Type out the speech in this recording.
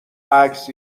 عکس